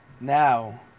Now